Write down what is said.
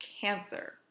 Cancer